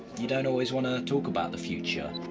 you don't always wanna talk about the future,